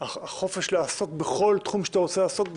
החופש לעסוק בכל תחום שאתה רוצה לעסוק בו,